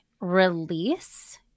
release